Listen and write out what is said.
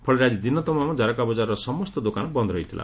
ଫଳରେ ଆଜି ଦିନତମାମ ଜାରକା ବଜାରର ସମସ୍ତ ଦୋକାନ ବନ୍ଦ ରହିଥିଲା